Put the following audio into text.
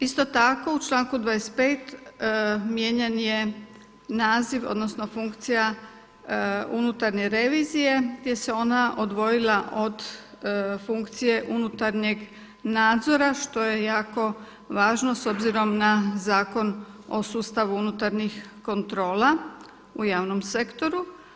Isto tako u članku 25. mijenjan je naziv odnosno funkcija unutarnje revizije gdje se ona odvojila od funkcije unutarnjeg nadzora što je jako važno s obzirom na Zakon o sustavu unutarnjih kontrola u javnom sektoru.